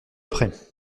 près